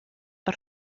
per